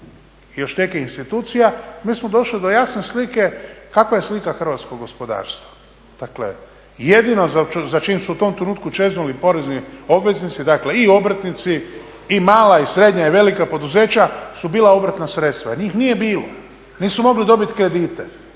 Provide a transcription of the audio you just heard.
i još nekih institucija mi smo došli do jasne slike kakva je slika hrvatskog gospodarstva. Dakle jedino za čim su u tom trenutku čeznu porezni obveznici i obrtnici i mala i srednja i velika poduzeća su bila obrtna sredstva jer njih nije bilo, nisu mogli dobiti kredite.